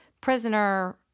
prisoner